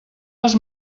les